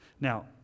Now